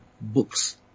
books